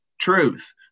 truth